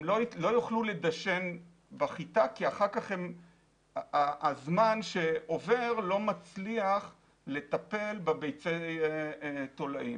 הם לא יוכלו לדשן בחיטה כי הזמן שעובר לא מצליח לטפל בביצי התולעים.